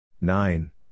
Nine